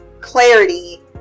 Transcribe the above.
clarity